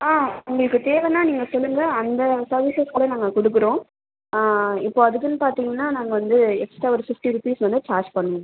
ஆ உங்களுக்கு தேவைனா நீங்கள் சொல்லுங்கள் அந்த சைஸுக்கு கூட நாங்கள் கொடுக்குறோம் இப்போ அதுக்குனு பார்த்தீங்கனா நாங்கள் வந்து எக்ஸ்ட்டா ஒரு ஃபிஃப்ட்டி ருப்பீஸ் நாங்கள் சார்ஜ் பண்ணுவோம்